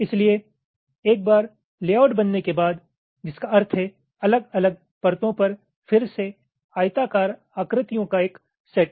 इसलिए एक बार लेआउट बनने के बाद जिसका अर्थ है अलग अलग परतों पर फिर से आयताकार आकृतियों का एक सेट